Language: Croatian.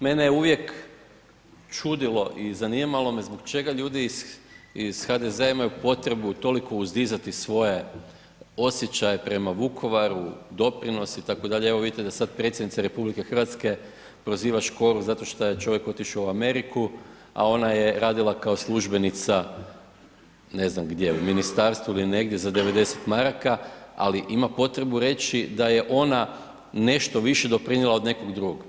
Mene je uvijek čudilo i zanimalo me zbog čega ljudi iz HDZ-a imaju potrebu toliko uzdizati svoje osjećaje prema Vukovaru, doprinos itd., evo vidite da sad predsjednica RH proziva Škoru zato šta je čovjek otišao u Ameriku a ona je radila kao službenica ne znam gdje u ministarstvu ili negdje za 90 maraka ali ima potrebu reći da je ona nešto više doprinijela od nekog drugog.